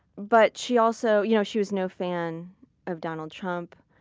but she also. you know she was no fan of donald trump.